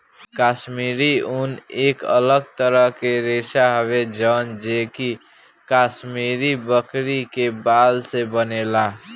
काश्मीरी ऊन एक अलग तरह के रेशा हवे जवन जे कि काश्मीरी बकरी के बाल से बनेला